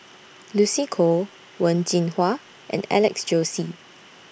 Lucy Koh Wen Jinhua and Alex Josey